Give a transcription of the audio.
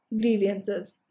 grievances